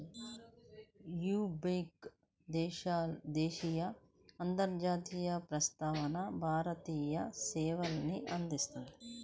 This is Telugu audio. యీ బ్యేంకు దేశీయ, అంతర్జాతీయ, ప్రవాస భారతీయ సేవల్ని అందిస్తది